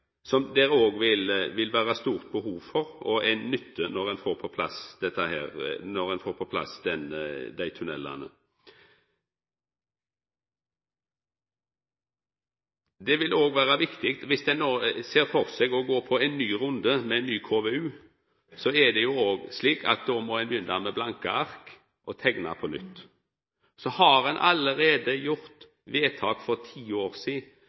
gjennomfartsveg, som det vil vera stort behov for å nytta når ein får på plass desse tunnelane. Dersom ein no ser for seg å gå ein ny runde med ein ny KVU, er det jo slik at ein må begynna med blanke ark og teikna på nytt. Så har ein allereie gjort vedtak for ti år